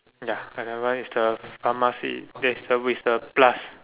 ya another one is the pharmacy there's a with a plus